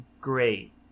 great